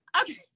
okay